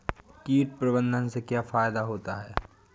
कीट प्रबंधन से क्या फायदा होता है?